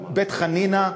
כמו בית-חנינא,